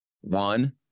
One